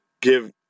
give